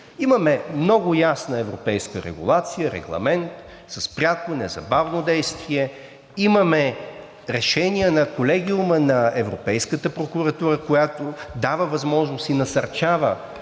Имаме много ясна европейска регулация, регламент с пряко, незабавно действие, имаме решение на Колегиума на Европейската прокуратура, която дава възможност и насърчава